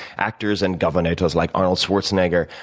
actors and governators like arnold schwarzenegger,